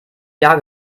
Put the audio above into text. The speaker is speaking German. jahr